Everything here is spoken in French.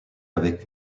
avec